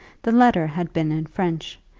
the letter had been in french,